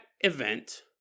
event